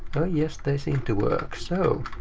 yes they seem to work. so